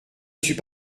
suis